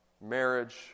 marriage